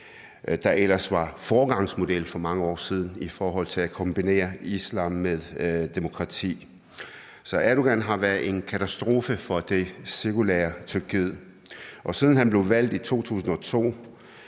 der ellers var foregangsmodel for mange år siden i forhold til at kombinere islam med demokrati. Så Erdogan har været en katastrofe for det sekulære Tyrkiet, og siden han blev valgt i 2002,